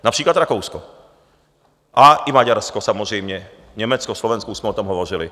Například Rakousko i Maďarsko, samozřejmě Německo, Slovensko, už jsme o tom hovořili.